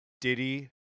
Diddy